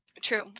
True